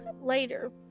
later